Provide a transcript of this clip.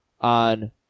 on